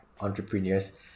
entrepreneurs